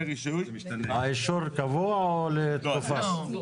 האישור קבוע או לתקופה מסוימת?